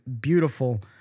beautiful